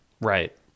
Right